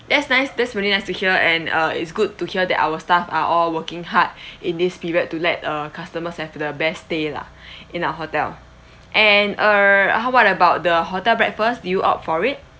that's nice that's really nice to hear and uh it's good to hear that our staff are all working hard in this period to let uh customers have the best day lah in our hotel and err how what about the hotel breakfast did you opt for it